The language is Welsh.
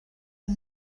yng